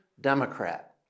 Democrat